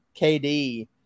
KD